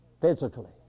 physically